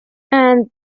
and